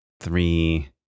three